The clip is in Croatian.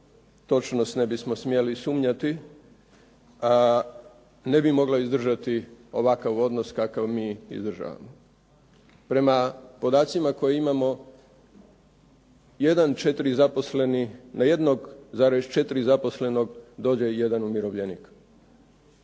točnost ne bismo smjeli sumnjati a ne bi mogla izdržati ovakav odnos kakav mi izdržavamo. Prema podacima koje imamo jedan četiri zaposleni na 1,4 zaposlenog dođe jedan umirovljenik.